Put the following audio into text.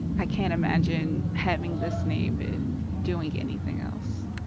i can't imagine having this name and doing anything else,